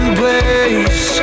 place